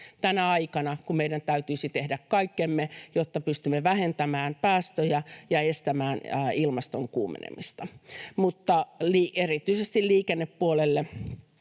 tänä aikana, kun meidän täytyisi tehdä kaikkemme, jotta pystymme vähentämään päästöjä ja estämään ilmaston kuumenemista. Erityisesti liikennepuolella